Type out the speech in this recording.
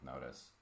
notice